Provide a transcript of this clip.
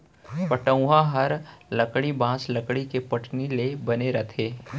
पटउहॉं हर लकड़ी, बॉंस, लकड़ी के पटनी ले बने रथे